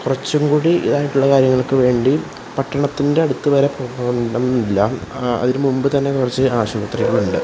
കുറച്ചുംകൂടി ഇതായിട്ടുള്ള കാര്യങ്ങൾക്കു വേണ്ടി പട്ടണത്തിൻ്റെ അടുത്തുവരെ പോവേണ്ടന്നില്ല അതിനു മുമ്പ് തന്നെ കുറച്ച് ആശുപത്രികളുണ്ട്